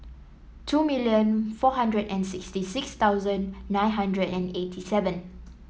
two million four hundred and sixty six thousand nine hundred and eighty seven